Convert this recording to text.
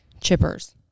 chippers